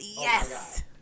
Yes